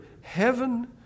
heaven